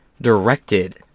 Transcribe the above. directed